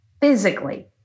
physically